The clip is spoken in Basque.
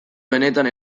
benetan